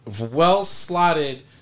well-slotted